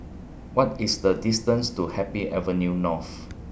What IS The distance to Happy Avenue North